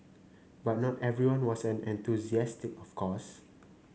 but not everyone was an enthusiastic of course